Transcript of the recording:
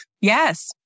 Yes